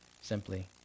simply